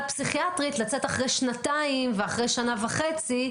פסיכיאטרית לצאת אחרי שנתיים או אחרי שנה וחצי.